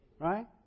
Right